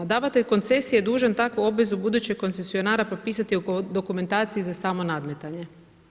Davatelj koncesije je dužan takvu obvezu budućeg koncesionara potpisati u dokumentaciji za samo nadmetanje.